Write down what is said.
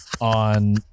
on